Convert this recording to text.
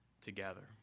together